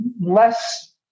less